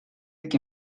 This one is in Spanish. que